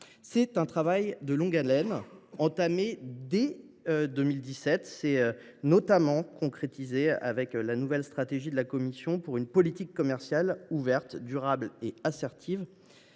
C’est un travail de longue haleine, entamé dès 2017. Il s’est notamment concrétisé avec la nouvelle stratégie de la Commission européenne pour une politique commerciale « ouverte, durable et assertive